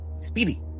Speedy